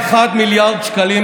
רפורמת נפש אחת, 1.1 מיליארד שקלים.